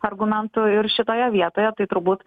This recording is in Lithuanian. argumentų ir šitoje vietoje tai turbūt